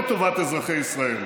אדוני היושב-ראש, לקואליציה מאוד קשה,